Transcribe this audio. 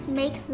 make